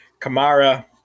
Kamara